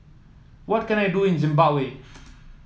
what can I do in Zimbabwe